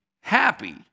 happy